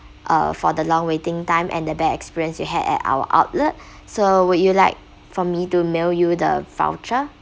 uh for the long waiting time and the bad experience you had at our outlet so would you like for me to mail you the voucher